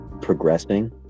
progressing